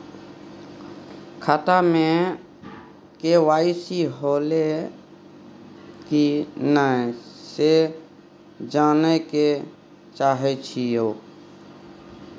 खाता में के.वाई.सी होलै की नय से जानय के चाहेछि यो?